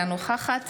אינה נוכחת